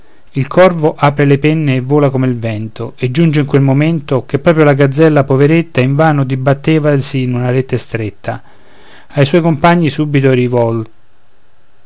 il corvo apre le penne e vola come il vento e giunge in quel momento che proprio la gazzella poveretta invano dibattevasi in una rete stretta ai suoi compagni subito rivola